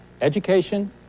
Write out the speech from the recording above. education